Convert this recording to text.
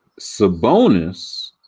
Sabonis